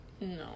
No